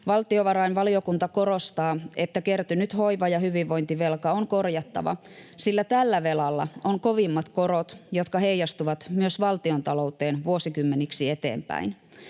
Valtiovarainvaliokunta korostaa, että kertynyt hoiva- ja hyvinvointivelka on korjattava, sillä tällä velalla on kovimmat korot, jotka heijastuvat myös valtiontalouteen vuosikymmeniksi eteenpäin.